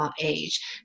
age